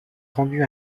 rendu